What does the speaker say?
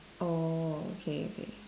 oh okay okay